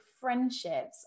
friendships